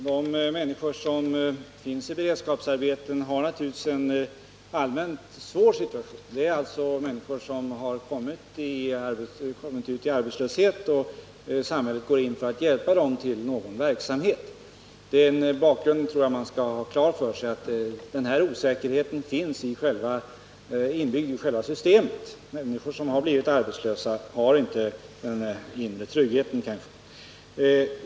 Herr talman! De människor som sysselsätts genom beredskapsarbeten har naturligtvis en allmänt svår situation. Det är människor som råkat ut för arbetslöshet och som sam hället går in för att hjälpa till någon verksamhet. Jag tror man skall ha klart för sig att den här osäkerheten finns inbyggd i själva systemet. Människor som har blivit arbetslösa har inte någon inre trygghet.